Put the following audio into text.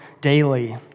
daily